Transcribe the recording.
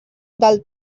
del